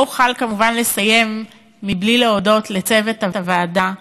לא אוכל כמובן לסיים בלי להודות לצוות הוועדה,